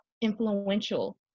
influential